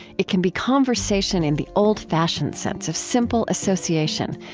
it can be conversation in the old-fashioned sense of simple association,